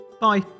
Bye